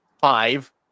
five